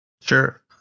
Sure